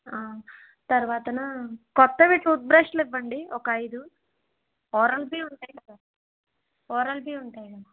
తర్వాత నా కొత్తవి టూత్ బ్రష్లు ఇవ్వండి ఒక ఐదు ఓరల్ బి ఉంటే ఇవ్వండి ఓరల్ బి ఉంటే ఇవ్వండి